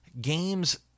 Games